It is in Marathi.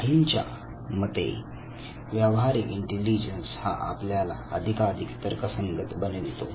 काहींच्या मते व्यावहारिक इंटेलिजन्स हा आपल्याला अधिकाधिक तर्कसंगत बनवितो